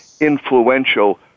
influential